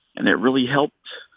and it really helped.